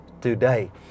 today